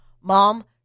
mom